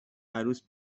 عروس